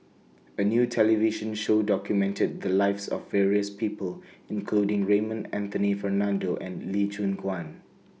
A New television Show documented The Lives of various People including Raymond Anthony Fernando and Lee Choon Guan